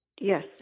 yes